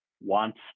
wants